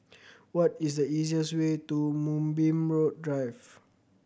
what is the easiest way to Moonbeam Drive